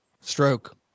stroke